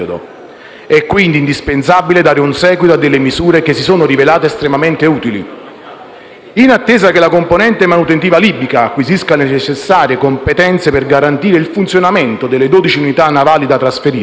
È quindi indispensabile dare un seguito a misure che si sono rivelate estremamente utili. In attesa che la componente manutentiva libica acquisisca le necessarie competenze per garantire il funzionamento delle dodici unità navali da trasferire,